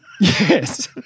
Yes